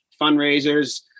fundraisers